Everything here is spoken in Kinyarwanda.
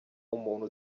umuntu